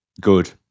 good